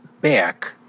back